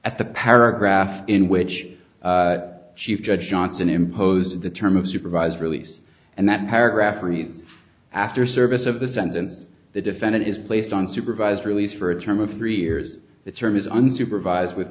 at the paragraph in which chief judge johnson imposed the term of supervised release and that paragraph reads after service of the sentence the defendant is placed on supervised release for a term of three years the term is unsupervised with